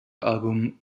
album